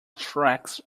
tracks